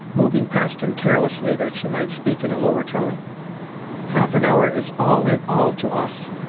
moving past him carelessly, that she might speak in a lower tone half an hour is all in all to us.